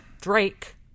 drake